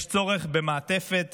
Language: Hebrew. יש צורך במעטפת